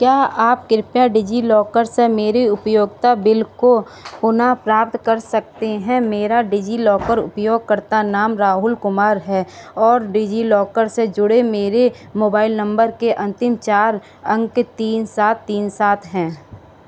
क्या आप कृपया डिजिलॉकर से मेरे उपयोगिता बिल को पुनः प्राप्त कर सकते हैं मेरा डिजिलॉकर उपयोगकर्ता नाम राहुल कुमार है और डिजिलॉकर से जुड़े मेरे मोबाइल नंबर के अंतिम चार अंक तीन सात तीन सात है